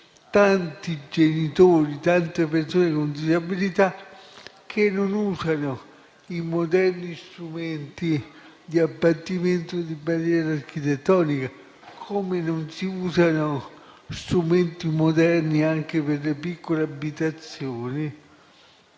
Tanti genitori di persone con disabilità che non usano i moderni strumenti di abbattimento delle barriere architettoniche, come non si usano strumenti moderni anche per le piccole abitazioni,